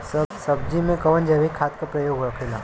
सब्जी में कवन जैविक खाद का प्रयोग होखेला?